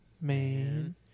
man